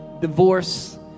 Divorce